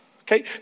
Okay